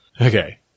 Okay